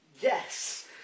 Yes